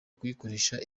kuyikoresha